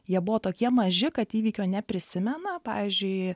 jie buvo tokie maži kad įvykio neprisimena pavyzdžiui